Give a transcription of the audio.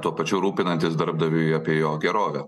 tuo pačiu rūpinantis darbdaviui apie jo gerovę